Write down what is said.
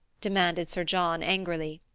demanded sir john angrily.